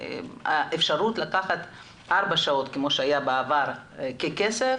האפשרות לקחת ארבע שעות כפי שהיה בעבר ככסף,